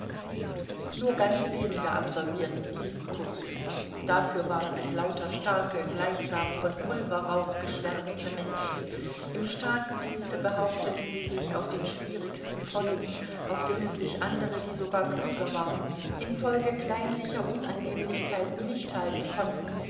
nur ganz wenige absolvierten diesen kursus dafür waren es lauter starke gleichsam von pulverrauch geschwärzte menschen im staatsdienste behaupteten sie sich auf den schwierigsten posten auf denen sich andere die sogar klüger waren infolge kleinlicher unannehmlichkeiten nicht halten konnten